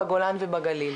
בגולן ובגליל.